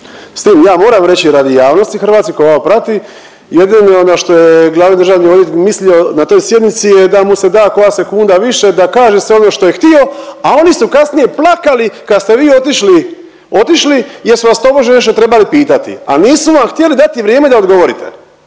S tim ja moram reći radi javnosti hrvatske koja ova prati, jedino ono što je glavni državni odvjetnik mislio na toj sjednici da mu se da koja sekunda više da kaže sve ono što je htio, a oni su kasnije plakali kad ste vi otišli, otišli jer su vas tobože nešto trebali pitati, a nisu vam htjeli dati vrijeme da odgovorite.